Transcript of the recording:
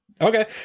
Okay